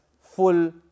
full